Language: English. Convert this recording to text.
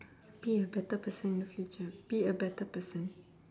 be a better person in the future be a better person